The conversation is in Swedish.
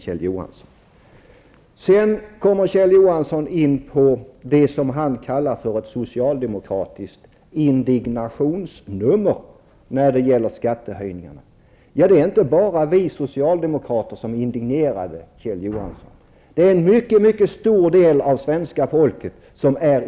Sedan kommer Kjell Johansson in på det som han kallar ett socialdemokratiskt indignationsnummer när det gäller skattehöjningarna. Det är inte bara vi socialdemokrater som är indignerade, utan en mycket stor del av svenska folket.